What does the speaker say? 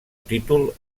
títol